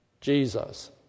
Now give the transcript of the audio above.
Jesus